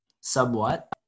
somewhat